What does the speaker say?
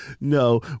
No